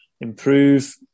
improve